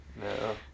No